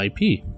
ip